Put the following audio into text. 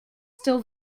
still